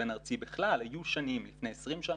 בין-ארצי בכלל היו שנים לפני 20 שנה,